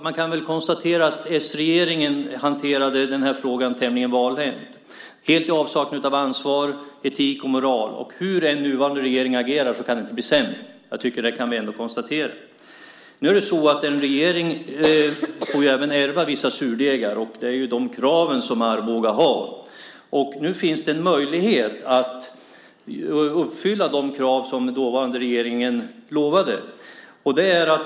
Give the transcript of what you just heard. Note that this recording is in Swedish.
Man kan konstatera att s-regeringen hanterade den här frågan tämligen valhänt, helt i avsaknad av ansvar, etik och moral. Hur den nuvarande regeringen än agerar kan det inte bli sämre. Det kan vi ändå konstatera. En regering får ju ärva vissa surdegar, som de krav som Arboga har. Nu finns det en möjlighet att uppfylla de krav som den dåvarande regeringen lovade.